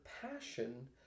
passion